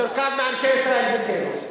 שתורכב מאנשי ישראל ביתנו.